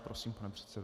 Prosím, pane předsedo.